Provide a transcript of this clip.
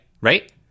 Right